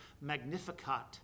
magnificat